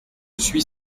suis